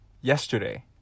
yesterday